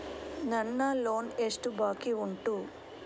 ನನ್ನ ಲೋನ್ ಎಷ್ಟು ಬಾಕಿ ಉಂಟು?